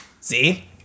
See